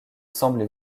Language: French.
semblait